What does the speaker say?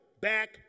back